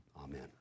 Amen